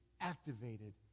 activated